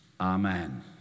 Amen